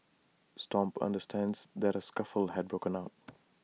stomp understands that A scuffle had broken out